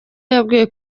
yabwiye